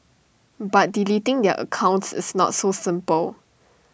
but deleting their accounts is not so simple